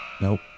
Nope